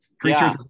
creatures